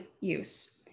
use